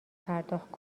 پرداخت